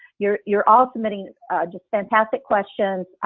you're you're all submitting just fantastic questions.